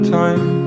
time